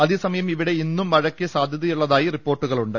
അതേ സമയം ഇവിടെ ഇന്നും മഴയ്ക്ക് സാധ്യ തയു ള്ള തായി റിപ്പോർട്ടു കളുണ്ട്